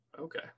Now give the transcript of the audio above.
Okay